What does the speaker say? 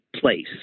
place